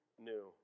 new